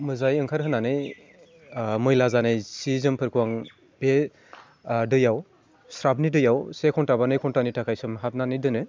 मोजाङै ओंखारहोनानै मैला जानाय जि जोमफोरखौ आं बे दैयाव स्राफनि दैयाव से घन्टा बा नै घन्टानि थाखाय सोमहाबनानै दोनो